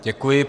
Děkuji.